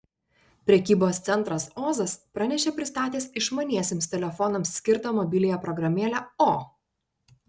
prekybos centras ozas pranešė pristatęs išmaniesiems telefonams skirtą mobiliąją programėlę o